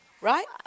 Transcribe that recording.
right